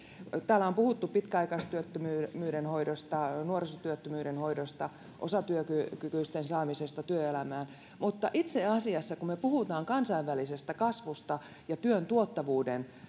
täällä on puhuttu pitkäaikaistyöttömyyden hoidosta nuorisotyöttömyyden hoidosta osatyökykyisten saamisesta työelämään mutta itse asiassa kun me puhumme kansainvälisestä kasvusta ja työn tuottavuuden